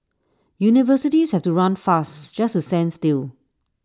universities have to run fast just to stand still